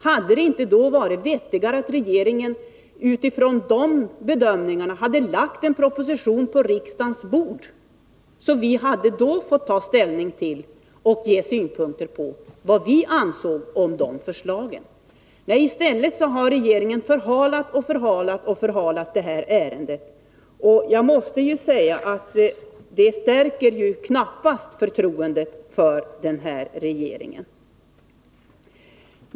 Hade det inte varit vettigare att regeringen utifrån de bedömningarna hade lagt en proposition på riksdagens bord, så att vi hade kunnat ta ställning och anlägga synpunkter på förslagen? I stället har regeringen förhalat och förhalat ärendet. Jag måste säga att det knappast stärker förtroendet för den här regeringen.